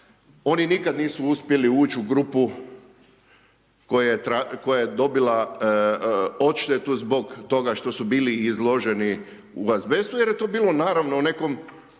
oni nikada nisu uspjeli ući u grupu koja je dobila odštetu zbog toga što su bili izloženi u azbestu jer je to bilo, naravno, u nekom,